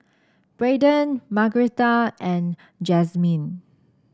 Braden Margretta and Jazmyn